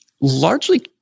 largely